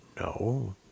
no